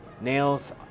nails